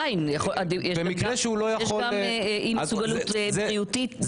יש גם אי-מסוגלות בריאותית נפשית.